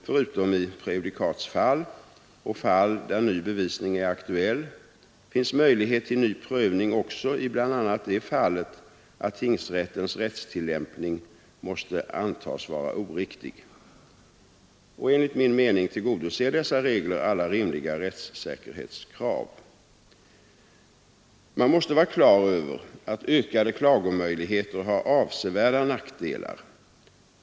Förutom i prejudikatsfall och fall där ny bevisning är aktuell finns möjlighet till ny prövning också i bl.a. det fallet då tingsrättens rättstillämpning måste antas vara oriktig. Enligt min mening tillgodoser dessa regler alla rimliga rättssäkerhetskrav. Man måste vara klar över att ökade klagomöjligheter har avsevärda nackdelar.